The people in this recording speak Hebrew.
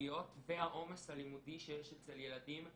החברתיות והעומס הלימודי שיש אצל ילדים,